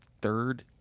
third